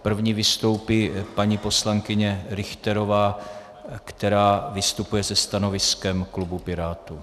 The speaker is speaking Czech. První vystoupí paní poslankyně Richterová, která vystupuje se stanoviskem klubu Pirátů.